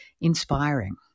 inspiring